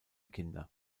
kinder